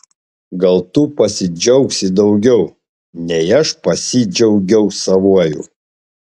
gal tu pasidžiaugsi daugiau nei aš pasidžiaugiau savuoju